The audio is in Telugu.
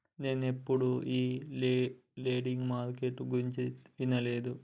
నేనెప్పుడు ఈ లెండింగ్ మార్కెట్టు గురించి వినలే